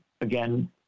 again